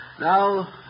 Now